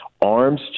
arms